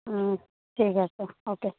হুম ঠিক আছে ওকে